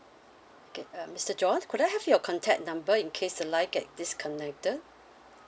okay uh mister john could I have your contact number in case the line get disconnected